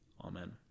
Amen